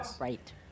Right